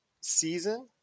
season